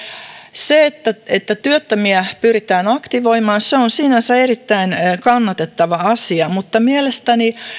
se että että työttömiä pyritään aktivoimaan on sinänsä erittäin kannatettava asia mutta mielestäni